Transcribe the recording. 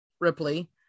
Ripley